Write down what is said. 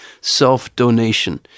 self-donation